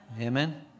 Amen